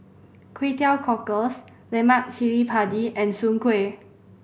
Kway Teow Cockles lemak cili padi and Soon Kueh